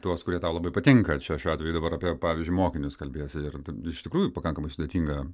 tuos kurie tau labai patinka čia šiuo atveju dabar apie pavyzdžiui mokinius kalbėjosi ir iš tikrųjų pakankamai sudėtinga